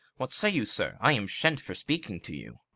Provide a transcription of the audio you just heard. what say you, sir? i am shent for speaking to you.